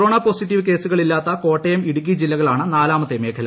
corona positive കേസുകളില്ലാത്ത കോട്ടയം ഇടുക്കി ജില്ലകളാണ് നാലാമത്തെ മേഖല